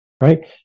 right